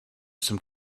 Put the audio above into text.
some